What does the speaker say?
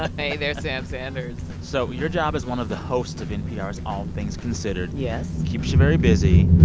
ah hey there, sam sanders so your job as one of the hosts of npr's all things considered. yes. keeps you very busy.